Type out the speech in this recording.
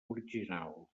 original